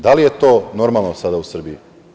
Da li je to normalno sada u Srbiji?